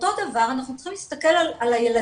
אותו דבר אנחנו צריכים להסתכל על הילדים